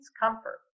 comfort